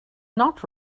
not